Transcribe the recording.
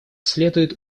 следует